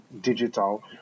digital